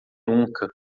nunca